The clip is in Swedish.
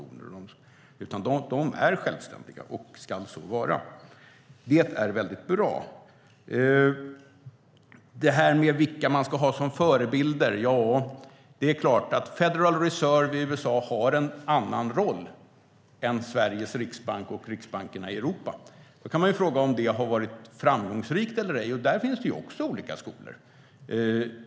Den är självständig och ska så vara. Det är bra. När det handlar om vilka man ska ha som förebilder vill jag säga att Federal Reserve i USA har en annan roll än Sveriges riksbank och riksbankerna i Europa. Man kan fråga sig om det har varit framgångsrikt eller inte. Där finns det också olika skolor.